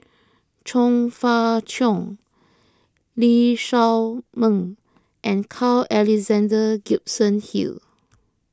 Chong Fah Cheong Lee Shao Meng and Carl Alexander Gibson Hill